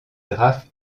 graphes